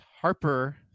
Harper